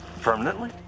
Permanently